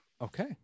okay